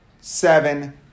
seven